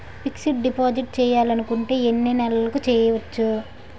Fixed deposit చేయాలి అనుకుంటే ఎన్నే నెలలకు చేయొచ్చు?